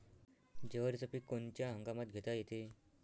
जवारीचं पीक कोनच्या हंगामात घेता येते?